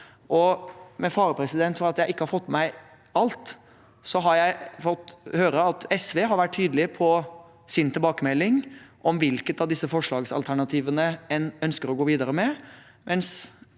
Med fare for at jeg ikke har fått med meg alt, har jeg fått høre at SV har vært tydelige på sin tilbakemelding om hvilket av disse forslagsalternativene en ønsker å gå videre med,